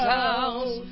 house